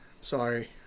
Sorry